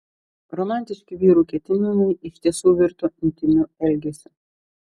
romantiški vyrų ketinimai iš tiesų virto intymiu elgesiu